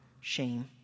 shame